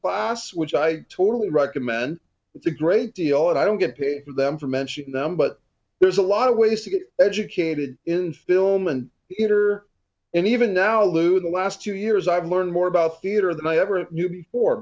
class which i totally recommend it's a great deal and i don't get paid for them for mentioning them but there's a lot of ways to get educated in film and it are and even now lou the last two years i've learned more about theater than i ever knew before